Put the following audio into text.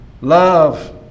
Love